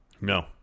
No